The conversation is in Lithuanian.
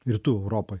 rytų europoj